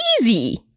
easy